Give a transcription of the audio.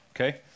okay